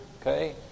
Okay